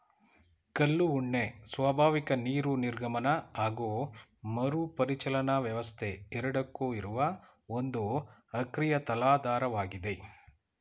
ಕಲ್ಲು ಉಣ್ಣೆ ಸ್ವಾಭಾವಿಕ ನೀರು ನಿರ್ಗಮನ ಹಾಗು ಮರುಪರಿಚಲನಾ ವ್ಯವಸ್ಥೆ ಎರಡಕ್ಕೂ ಇರುವ ಒಂದು ಅಕ್ರಿಯ ತಲಾಧಾರವಾಗಿದೆ